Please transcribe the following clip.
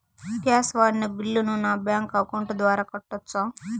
Gas వాడిన బిల్లును నా బ్యాంకు అకౌంట్ ద్వారా కట్టొచ్చా?